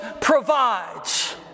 provides